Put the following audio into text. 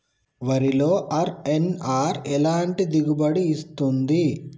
వరిలో అర్.ఎన్.ఆర్ ఎలాంటి దిగుబడి ఇస్తుంది?